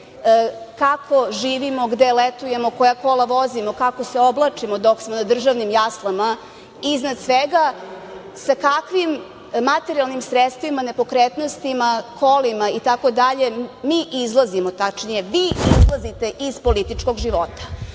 kako živimo, gde letujemo, koja kola vozimo, kako se oblačimo dok smo na državnim jaslama i iznad svega sa kakvim materijalnim sredstvima, nepokretnostima, kolima itd. mi izlazimo, tačnije vi izlazite iz političkog života?